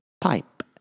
Pipe